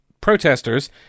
protesters